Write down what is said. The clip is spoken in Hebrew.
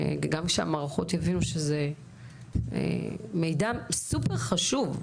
גם שמהערכות יבינו שזה מידע סופר חשוב.